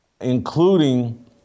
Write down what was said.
including